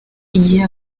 igihe